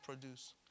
produce